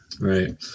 Right